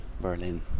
Berlin